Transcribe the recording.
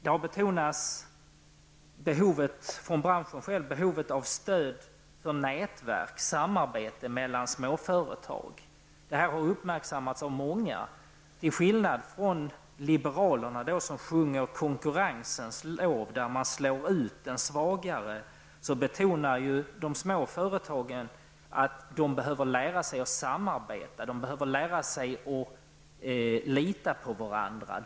Det har från branschen själv betonats behovet av stöd för nätverk, samarbete mellan småföretag. Det har uppmärksammats av många. Till skillnad från liberalerna, som sjunger konkurrensens lov -- vilken innebär att den svagare slås ut -- betonar de små företagen att de behöver lära sig att samarbeta och att lita på varandra.